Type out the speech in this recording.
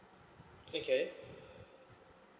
okay